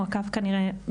הוא עקב כנראה,